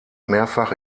mehrfach